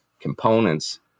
components